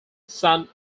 son